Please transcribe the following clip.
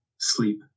sleep